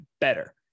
better